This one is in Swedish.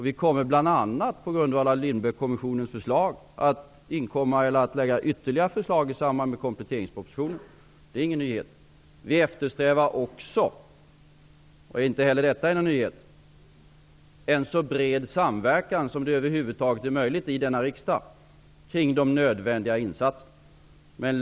Vi kommer bl.a. på grundval av Lindbeckkommissionens förslag att lägga fram ytterligare förslag i samband med kompletteringspropositionen. Det är ingen nyhet. Vi eftersträvar också -- inte heller detta är någon nyhet -- en så bred samverkan som det över huvud taget är möjligt i denna riksdag kring de nödvändiga insatserna.